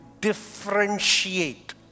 differentiate